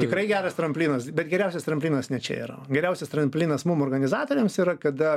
tikrai geras tramplinas bet geriausias tramplinas ne čia yra geriausias tramplinas mum organizatoriams yra kada